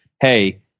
hey